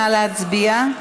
נא להצביע.